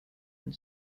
and